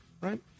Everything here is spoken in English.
right